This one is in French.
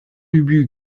ubu